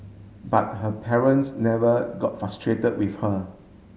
but her parents never got frustrated with her